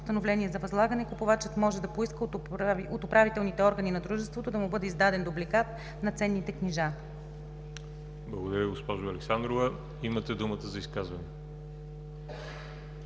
постановление за възлагане купувачът може да поиска от управителните органи на дружеството да му бъде издаден дубликат на ценните книжа.“ ПРЕДСЕДАТЕЛ ВАЛЕРИ ЖАБЛЯНОВ: Благодаря, госпожо Александрова. Имате думата за изказвания.